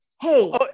Hey